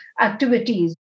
activities